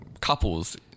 couples